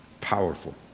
powerful